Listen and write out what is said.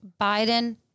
Biden